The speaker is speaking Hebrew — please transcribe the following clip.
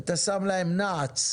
ואתה שם להן נעץ.